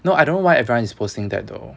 no I don't know why everyone is posting that though